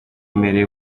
merewe